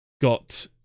got